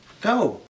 Go